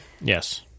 Yes